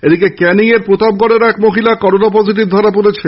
এদিকে ক্যানিং এর প্রতাপগড়ের এক মহিলা করোনা পজিটিভ ধরা পড়েছে